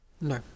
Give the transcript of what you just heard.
No